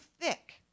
thick